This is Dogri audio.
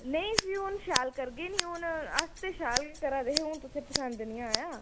नेईं फ्ही हून शैल करगे निं हून अस ते शैल करा दे हे हून तुसें पसंद निं आया